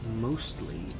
mostly